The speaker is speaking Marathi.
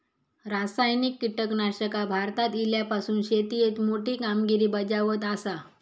रासायनिक कीटकनाशका भारतात इल्यापासून शेतीएत मोठी कामगिरी बजावत आसा